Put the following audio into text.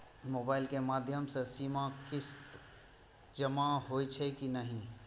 Mobile के माध्यम से सीमा किस्त जमा होई छै कि नहिं?